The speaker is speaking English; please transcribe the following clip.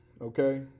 okay